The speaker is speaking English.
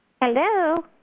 hello